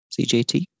CJT